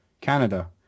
Canada